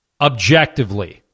objectively